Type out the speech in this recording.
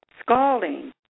Scalding